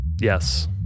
yes